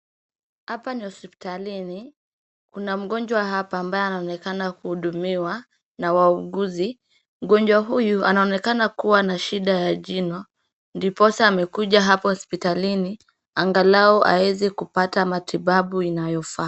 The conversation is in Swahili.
Hapa ni hosipitalini, kuna mgonjwa hapa ambaye anaonekana hudumiwa na wauguzi, mgonjwa huyu anaonekana kuwa na shida ya jino ndiposa amekuja hapa hospitalini angalau aeze kupata matibabu inayofaa.